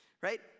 right